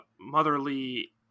motherly